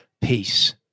Peace